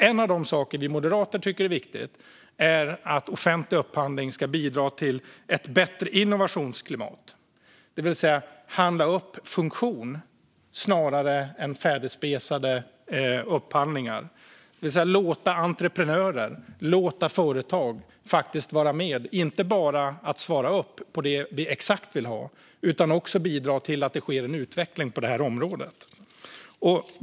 En av de saker vi moderater tycker är viktiga är att offentlig upphandling ska bidra till ett bättre innovationsklimat. Man ska handla upp funktion snarare än färdigspesade produkter och därigenom låta entreprenörer och företag vara med och bidra. De ska alltså inte bara svara upp mot exakt det vi vill ha utan faktiskt bidra till att det sker en utveckling på området.